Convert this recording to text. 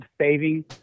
saving